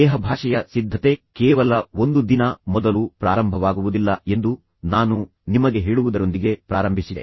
ದೇಹಭಾಷೆಯ ಸಿದ್ಧತೆ ಕೇವಲ ಒಂದು ದಿನ ಮೊದಲು ಪ್ರಾರಂಭವಾಗುವುದಿಲ್ಲ ಎಂದು ನಾನು ನಿಮಗೆ ಹೇಳುವುದರೊಂದಿಗೆ ಪ್ರಾರಂಭಿಸಿದೆ